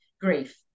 grief